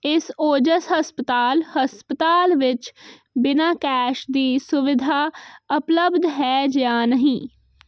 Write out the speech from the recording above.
ਇਸ ਓਜੇਐਸ ਹਸਪਤਾਲ ਹੱਸਪਤਾਲ ਵਿੱਚ ਬਿਨਾਂ ਕੈਸ਼ ਦੀ ਸੁਵਿਧਾ ਉਪਲੱਬਧ ਹੈ ਜਾਂ ਨਹੀਂ